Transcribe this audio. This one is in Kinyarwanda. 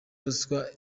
ruswa